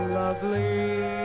lovely